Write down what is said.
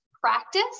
practice